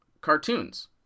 cartoons